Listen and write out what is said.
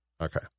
Okay